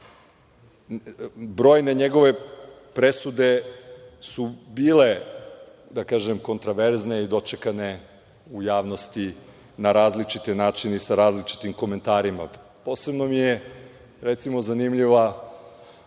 Brojne njegove presude su bile, da kažem, kontroverzne i dočekane u javnosti na različite načine i sa različitim komentarima. Posebno mi je, recimo, zanimljiva